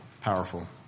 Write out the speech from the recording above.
powerful